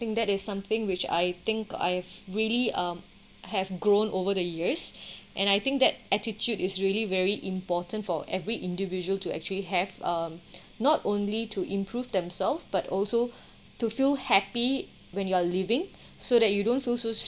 I think that is something which I think I've really um have grown over the years and I think that attitude is really very important for every individual to actually have um not only to improve themselves but also to feel happy when you are leaving so that you don't so